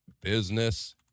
Business